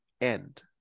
end